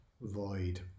void